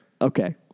Okay